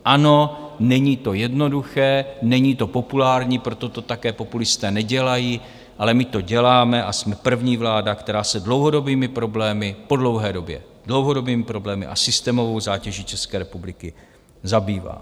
Ano, není to jednoduché, není to populární, proto to také populisté nedělají, ale my to děláme a jsme první vláda, která se dlouhodobými problémy po dlouhé době dlouhodobými problémy a systémovou zátěží České republiky zabývá.